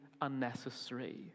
Unnecessary